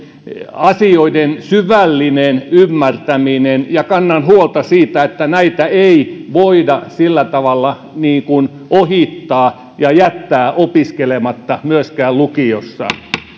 asioiden syvällinen ymmärtäminen kannan huolta siitä näitä ei voida sillä tavalla ohittaa ja jättää opiskelematta myöskään lukiossa